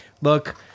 Look